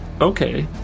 Okay